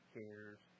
cares